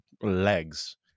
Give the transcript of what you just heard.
legs